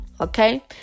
okay